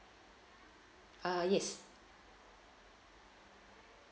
err yes